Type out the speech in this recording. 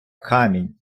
камінь